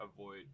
avoid